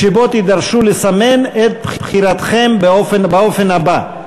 שבו תידרשו לסמן את בחירתכם באופן הבא: